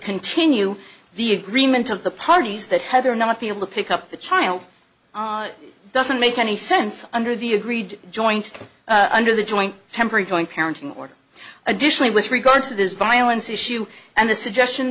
continue the agreement of the parties that heather not be able to pick up the child doesn't make any sense under the agreed joint under the joint temporary going parenting order additionally with regards to this violence issue and the suggestion